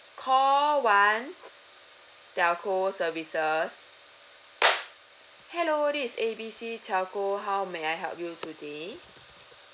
call one telco services hello this is A B C telco how may I help you today